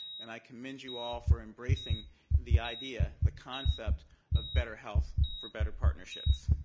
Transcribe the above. and i commend you all for embracing the idea, the concept of better health for better partnerships.